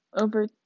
over